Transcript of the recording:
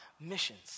missions